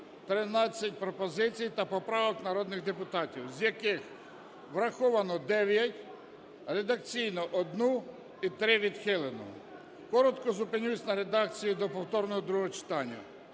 13 пропозицій та поправок народних депутатів, з яких враховано дев'ять, редакційно – одну і три – відхилено. Коротко зупинюсь на редакції до повторного другого читання.